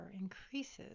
increases